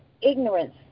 ignorance